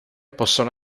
possono